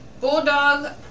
Bulldog